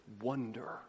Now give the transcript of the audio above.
wonder